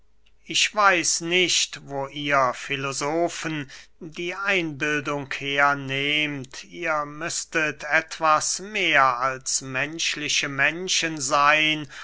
ich weiß nicht wo ihr filosofen die einbildung her nehmt ihr müßtet etwas mehr als menschliche menschen seyn